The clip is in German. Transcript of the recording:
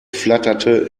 flatterte